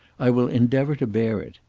i will endeavour to bear it.